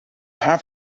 have